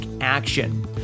action